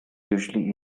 usually